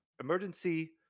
Emergency